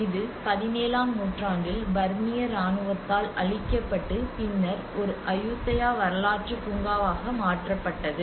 இது 17 ஆம் நூற்றாண்டில் பர்மிய இராணுவத்தால் அழிக்கப்பட்டு பின்னர் ஒரு அயுத்தயா வரலாற்று பூங்காவாக மாற்றப்பட்டது